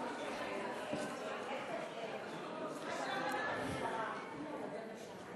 התביעה בתיק החקירה עד להגשת כתב אישום),